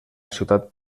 ciutat